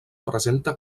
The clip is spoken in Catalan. presenta